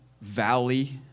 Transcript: valley